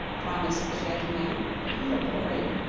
promised the shaggy man but he looked worried.